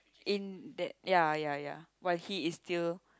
in that ya ya ya but he is still